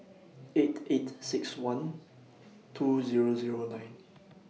eight eight six one two Zero Zero nine